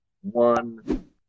one